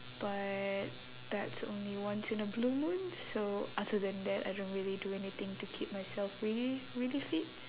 but that's only once in a blue moon so other than that I don't really do anything to keep myself really really fit